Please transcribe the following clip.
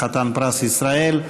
חתן פרס ישראל,